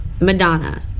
Madonna